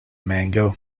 mango